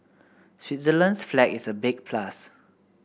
Switzerland's flag is a big plus